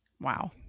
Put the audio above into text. Wow